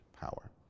power